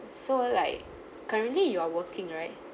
so like currently you are working right